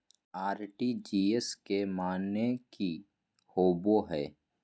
RTGS के माने की होबो है?